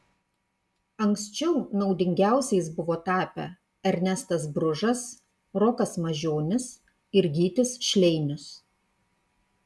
anksčiau naudingiausiais buvo tapę ernestas bružas rokas mažionis ir gytis šleinius